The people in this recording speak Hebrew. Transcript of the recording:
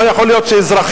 לא יכול להיות שאזרחים,